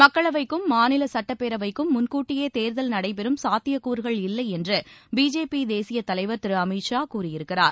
மக்களவைக்கும் மாநில சட்டப்பேரவைகளுக்கும் முன்கூட்டியே தேர்தல் நடைபெறும் சாத்தியக்கூறுகள் இல்லை என்று பிஜேபி தேசிய தலைவர் திரு அமித் ஷா கூறியிருக்கிறார்